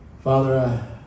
father